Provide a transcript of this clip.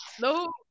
no